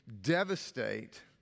devastate